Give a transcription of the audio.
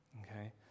Okay